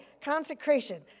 consecration